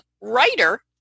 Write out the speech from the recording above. writer